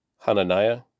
Hananiah